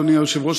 אדוני היושב-ראש,